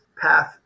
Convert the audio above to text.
path